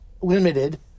limited